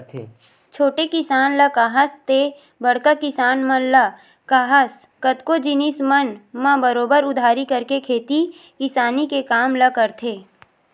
छोटे किसान ल काहस ते बड़का किसान मन ल काहस कतको जिनिस मन म बरोबर उधारी करके खेती किसानी के काम ल करथे